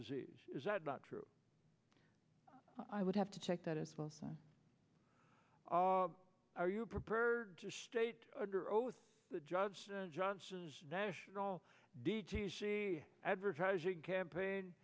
disease is that not true i would have to check that as well so are you prepared to state under oath the judge johnson national advertising campaign